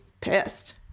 pissed